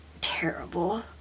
terrible